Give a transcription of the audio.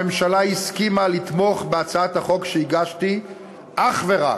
הממשלה הסכימה לתמוך בהצעת החוק שהגשתי אך ורק,